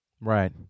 Right